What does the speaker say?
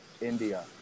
India